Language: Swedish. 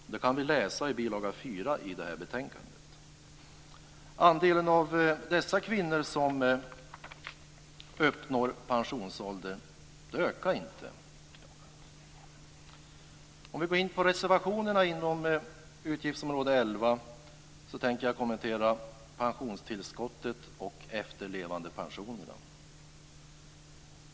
Detta kan vi läsa i bilaga 4 i detta betänkande. Andelen av dessa kvinnor som uppnår pensionsålder ökar inte. Om jag går in på reservationerna inom utgiftsområde 11 tänker jag kommentera pensionstillskottet och efterlevandepensionerna.